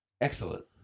Excellent